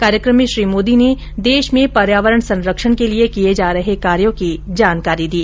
कार्यकम में श्री मोदी ने देश में पर्यावरण संरक्षण के लिये किये जा रहे कार्यो की जानकारी दी